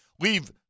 leave